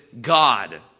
God